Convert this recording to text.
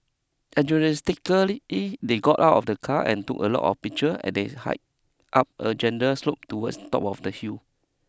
Enthusiastically they got out of the car and took a lot of picture as they hiked up a gentle slope towards the top of the hill